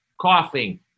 coughing